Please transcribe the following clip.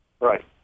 Right